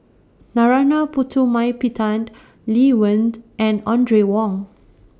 Narana Putumaippittan Lee Wen and Audrey Wong